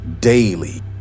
daily